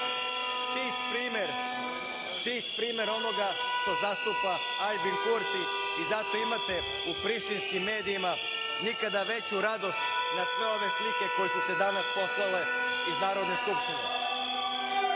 Čist primer onoga što zastupa Aljbin Kurti i zato imate u prištinskim medijima nikada veću radost na sve ove slike koje su se danas poslale iz Narodne